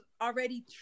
already